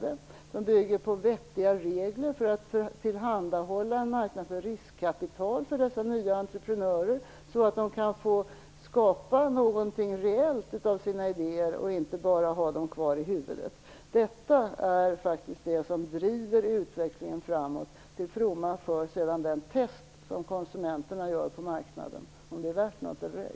Det skall bygga på vettiga regler för att tillhandahålla en marknad för riskkapital för dessa nya entreprenörer, så att de kan skapa något reellt av sina idéer och inte bara får ha dem kvar i sina huvuden. Detta är faktiskt det som driver utvecklingen framåt, till fromma för det test som konsumenterna sedan gör på marknaden av om produkterna är värda något eller ej.